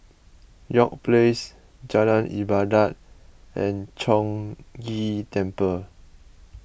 York Place Jalan Ibadat and Chong Ghee Temple